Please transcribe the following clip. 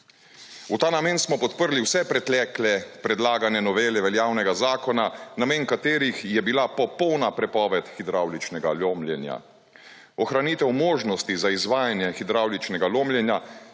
V ta namen smo podprli vse pretekle predlagane novele veljavnega zakona, namen katerih je bila popolna prepoved hidravličnega lomljenja. Ohranitev možnosti za izvajanje hidravličnega lomljenja,